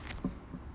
mm